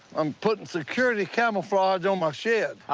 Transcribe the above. i'm putting security camouflage on my shed.